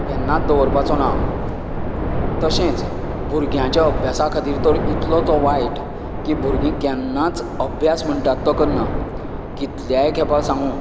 केन्नाच दवरपाचो ना तशेंच भुरग्यांच्या अभ्यासा खातीर इतलो तो वायट की भुरगीं केन्नाच अभ्यास म्हणटा तो करनात कितल्याय खेपाक सांगू